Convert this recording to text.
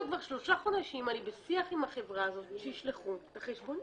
כבר שלושה חודשים אני בשיח עם החברה שתשלח לי את החשבונית.